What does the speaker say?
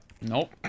Nope